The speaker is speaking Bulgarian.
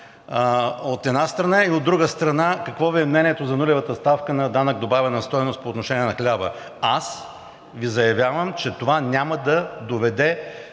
от една страна, и от друга страна, какво Ви е мнението за нулевата ставка на данък добавена стойност по отношение на хляба? Аз Ви заявявам, че това няма да доведе